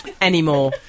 Anymore